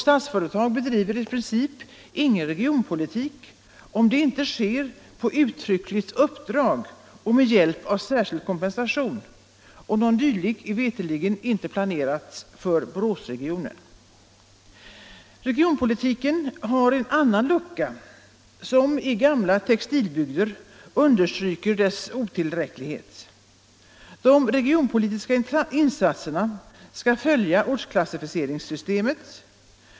Statsföretag bedriver i princip ingen regionpolitik om det inte sker på uttryckligt uppdrag och med hjälp av särskild kompensation — och något dylikt är ve terligen inte planerat för Boråsregionen. Regionpolitiken har en annan lucka som i gamla textilbygder understryker dess otillräcklighet. De regionpolitiska insatserna skall följa ortsklassificeringssystemet.